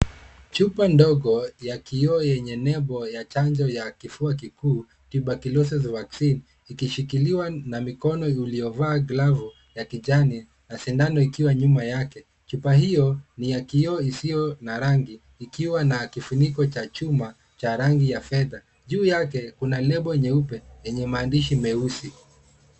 Chupa ndogo ya kioo yenye lebo ya chanjo ya kifua kikuu tuberculosis vaccine ikishikiliwa na mikono iliyovaa glavu ya kijani na sindano ikiwa nyuma yake. Chupa hiyo ni ya kioo isiyo na rangi ikiwa na kifuniko cha chuma cha rangi ya fedha. Juu yake kuna lebo nyeupe enye maandiahi meusi.